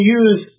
use